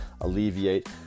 alleviate